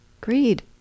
greed